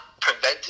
preventing